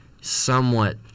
somewhat